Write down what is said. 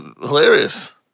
hilarious